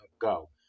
go